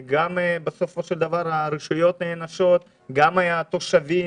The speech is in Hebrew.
בסופו של דבר גם הרשויות נענשות, גם התושבים,